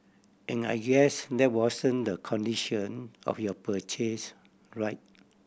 and I guess that wasn't the condition of your purchase right